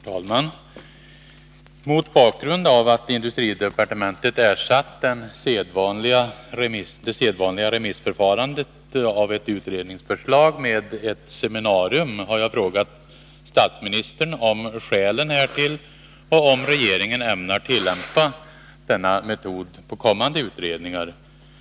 Herr talman! Mot bakgrund av att industridepartementet ersatt det sedvanliga remissförfarandet av ett utredningsförslag med ett seminarium, har jag frågat statsministern om skälen härtill och om regeringen ämnar tillämpa denna metod på kommande utredningar.